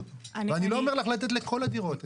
ואני לא אומר לך לתת לכל דירות,